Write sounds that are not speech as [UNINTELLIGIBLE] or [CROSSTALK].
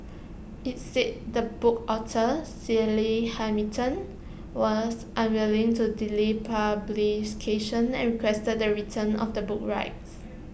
IT said the book's author [UNINTELLIGIBLE] Hamilton was unwilling to delay [UNINTELLIGIBLE] and requested the return of the book's rights